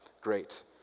great